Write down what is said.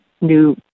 new